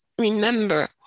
remember